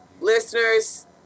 Listeners